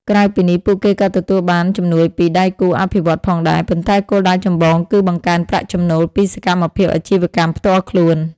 ក្រៅពីនេះ ពួកគេក៏ទទួលបានជំនួយពីដៃគូអភិវឌ្ឍន៍ផងដែរ ប៉ុន្តែគោលដៅចម្បងគឺបង្កើនប្រាក់ចំណូលពីសកម្មភាពអាជីវកម្មផ្ទាល់ខ្លួន ។